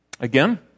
Again